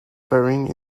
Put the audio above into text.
varying